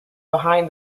behind